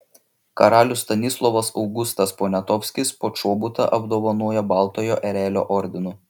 karalius stanislovas augustas poniatovskis počobutą apdovanojo baltojo erelio ordinu